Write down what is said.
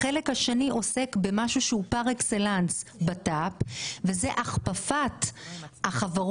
החלק השני עוסק במשהו הוא פר אקסלנס ביטחון פנים וזה הכפפת חברות